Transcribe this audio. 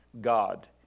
God